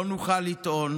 לא נוכל לטעון